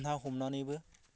ना हमनानैबो